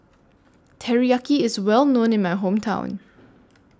Teriyaki IS Well known in My Hometown